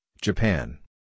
Japan